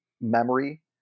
memory